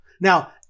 Now